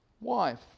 wife